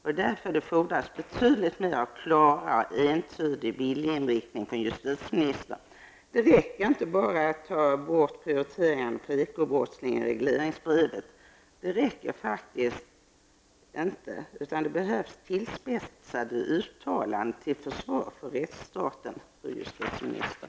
Det är därför det fordras betydligt mera av klar och entydig viljeinriktning från justitieministern. Det räcker inte bara att ta bort prioriteringen för ekobrottslingar i regleringsbrevet. Det behövs tillspetsade uttalanden till försvar för rättsstaten, fru justitieminister.